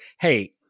Hey